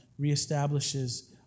reestablishes